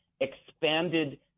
expanded